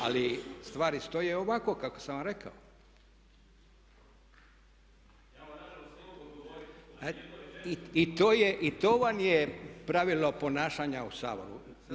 Ali stvari stoje ovako kako sam vam rekao. … [[Upadica se ne razumije.]] I to vam je pravilo ponašanja u Saboru.